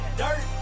dirt